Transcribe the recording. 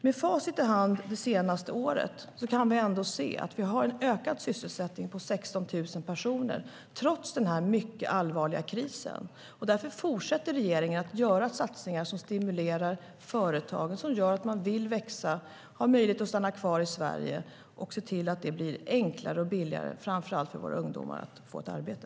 Med facit i hand för det senaste året kan vi se att vi har en ökad sysselsättning på 16 000 personer trots den mycket allvarliga krisen. Därför fortsätter regeringen att göra satsningar som stimulerar företagen och gör att de vill växa och har möjlighet att stanna kvar i Sverige och att se till att det blir enklare och billigare framför allt för våra ungdomar att få ett arbete.